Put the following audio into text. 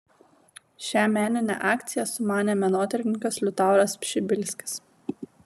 šią meninę akciją sumanė menotyrininkas liutauras pšibilskis